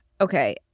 Okay